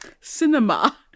Cinema